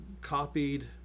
copied